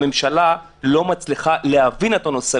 הממשלה לא מצליחה להבין את הנושא,